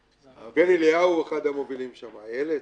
בן אליהו הוא אחד המובילים שם, איילת.